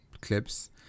clips